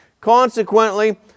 Consequently